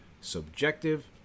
subjective